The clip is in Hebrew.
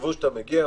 תחשבו שאתם מגיעים,